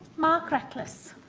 mark reckless